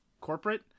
corporate